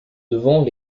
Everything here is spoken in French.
devant